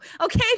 okay